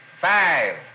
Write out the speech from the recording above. five